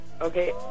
okay